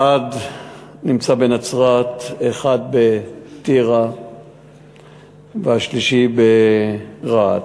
אחד נמצא בנצרת, אחד בטירה והשלישי ברהט,